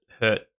hurt